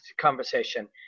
conversation